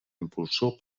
impulsor